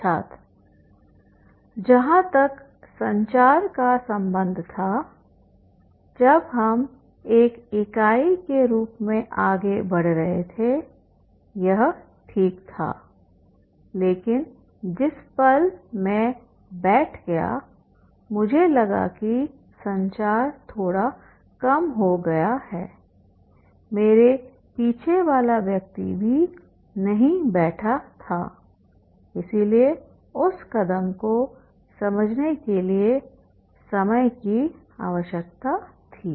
छात्र जहां तक संचार का संबंध था जब हम एक इकाई के रूप में आगे बढ़ रहे थे यह ठीक था लेकिन जिस पल मैं बैठ गया मुझे लगा कि संचार थोड़ा कम हो गया है मेरे पीछे वाला व्यक्ति भी नहीं बैठा था इसलिए उस कदम को समझने के लिए समय की आवश्यकता थी